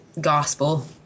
gospel